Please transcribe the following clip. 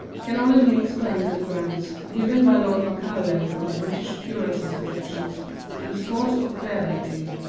can only be explained on the grounds given by lord macaulay from the british puritan's objection to the sport of bear-baiting.